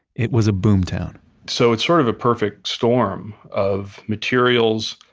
it was a boom town so it's sort of a perfect storm of materials,